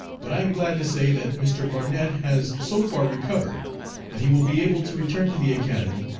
but i am glad to say that mr. barnett has so far recovered that he will be able to return to the academy,